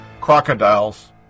crocodiles